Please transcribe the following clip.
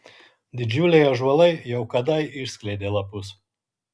didžiuliai ąžuolai jau kadai išskleidė lapus